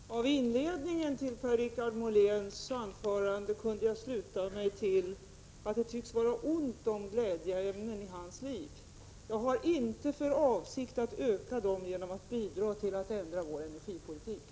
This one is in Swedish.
Fru talman! Av inledningen till Per-Richard Moléns anförande kunde jag sluta mig till att det tycks vara ont om glädjeämnen i hans liv. Jag har inte för avsikt att öka antalet genom att bidra till att ändra vår energipolitik.